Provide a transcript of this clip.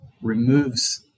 removes